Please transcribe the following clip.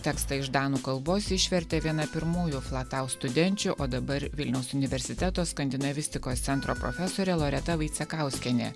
tekstą iš danų kalbos išvertė viena pirmųjų flataus studenčių o dabar vilniaus universiteto skandinavistikos centro profesorė loreta vaicekauskienė